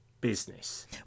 business